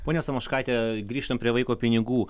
ponia samoškaite grįžtant prie vaiko pinigų